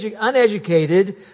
uneducated